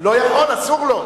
לא יכול, אסור לו.